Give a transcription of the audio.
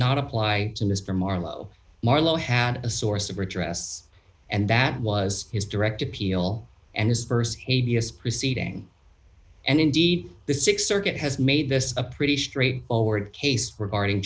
not apply to mr marlowe marlowe had a source of redress and that was his direct appeal and his st a b s proceeding and indeed the th circuit has made this a pretty straightforward case regarding